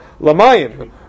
Lamayim